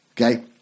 Okay